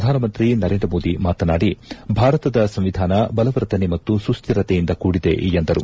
ಪ್ರಧಾನ ಮಂತ್ರಿ ನರೇಂದ್ರ ಮೋದಿ ಮಾತನಾಡಿ ಭಾರತದ ಸಂವಿಧಾನ ಬಲವರ್ಧನೆ ಮತ್ತು ಸುಸ್ಥಿರತೆಯಿಂದ ಕೂಡಿದೆ ಎಂದರು